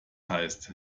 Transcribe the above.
heißt